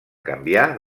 canviar